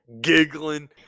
giggling